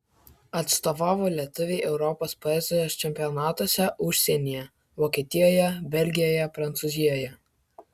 atstovavo lietuvai europos poezijos čempionatuose užsienyje vokietijoje belgijoje prancūzijoje